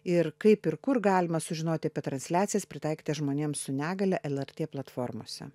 ir kaip ir kur galima sužinot apie transliacijas pritaikyta žmonėms su negalia lrt platformose